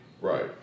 Right